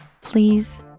please